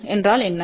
a1என்றால் என்ன